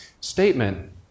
statement